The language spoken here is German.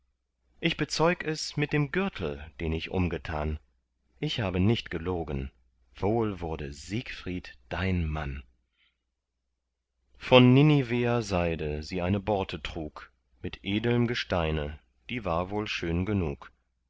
ich bezeug es mit dem gürtel den ich umgetan ich habe nicht gelogen wohl wurde siegfried dein mann von niniveer seide sie eine borte trug mit edelm gesteine die war wohl schön genug